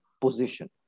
position